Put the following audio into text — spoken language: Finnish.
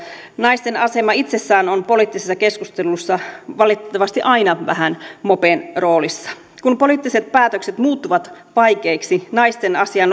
naisten asema itsessään on poliittisessa keskustelussa valitettavasti aina vähän mopen roolissa kun poliittiset päätökset muuttuvat vaikeiksi naisten asia